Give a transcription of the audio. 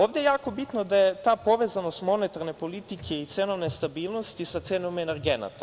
Ovde je jako bitno da je ta povezanost monetarne politike i cenovne stabilnosti sa cenom energenata.